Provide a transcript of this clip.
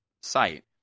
site